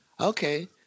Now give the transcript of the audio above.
okay